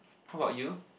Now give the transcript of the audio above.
how about you